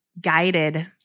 guided